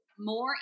More